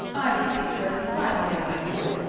i received her as politely as i could,